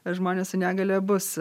žmonės su negalia bus